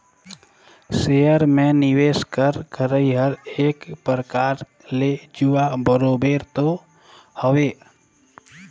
share में निवेस कर करई हर एक परकार ले जुआ बरोबेर तो हवे